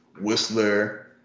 Whistler